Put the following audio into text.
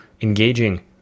engaging